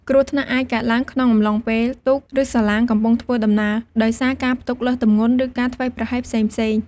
គ្រោះថ្នាក់អាចកើតឡើងក្នុងអំឡុងពេលទូក ឬសាឡាងកំពុងធ្វើដំណើរ ដោយសារការផ្ទុកលើសទម្ងន់ ឬការធ្វេសប្រហែសផ្សេងៗ។